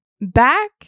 back